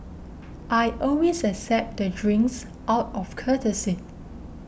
I always accept the drinks out of courtesy